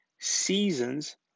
seasons